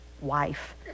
wife